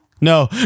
No